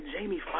Jamie